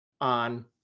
on